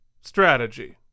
strategy